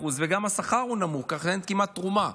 ב-100% וגם השכר הוא נמוך, ככה שאין כמעט תרומה.